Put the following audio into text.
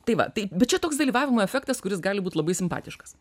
tai va tai bet čia toks dalyvavimo efektas kuris gali būt labai simpatiškas